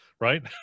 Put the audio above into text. right